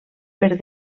per